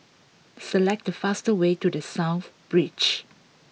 select the fastest way to The South Beach